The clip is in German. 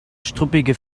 struppige